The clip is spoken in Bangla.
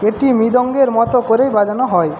এটি মৃদঙ্গের মতো করেই বাজানো হয়